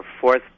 fourth